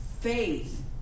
faith